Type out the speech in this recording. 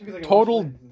total